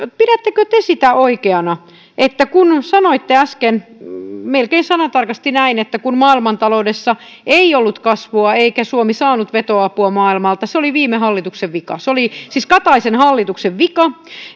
pidättekö te sitä oikeana kun sanoitte äsken melkein sanatarkasti näin että kun maailmantaloudessa ei ollut kasvua eikä suomi saanut vetoapua maailmalta se oli viime hallituksen vika se oli siis kataisen hallituksen vika